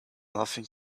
nothing